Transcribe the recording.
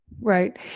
Right